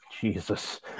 jesus